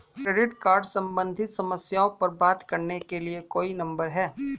Credit card सम्बंधित समस्याओं पर बात करने के लिए कोई नंबर है?